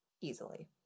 easily